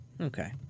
Okay